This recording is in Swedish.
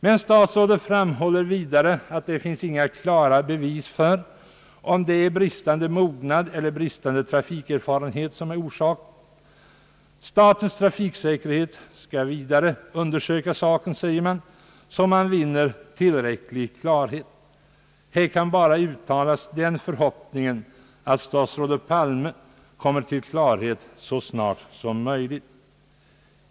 Men statsrådet framhåller vidare att det inte finns några klara bevis för om det är bristande mognad eller bristande trafikerfarenhet som är orsaken. Statens trafiksäkerhetsråd skall vidare undersöka frågan så att man vinner tillräcklig klarhet. Här kan endast uttalas den förhoppningen att statsrådet Palme kommer till klarhet så snart som möjligt.